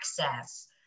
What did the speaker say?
access